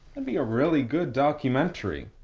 and be a really good documentary.